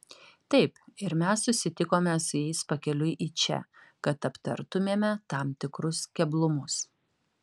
taip ir mes susitikome su jais pakeliui į čia kad aptartumėme tam tikrus keblumus